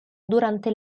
durante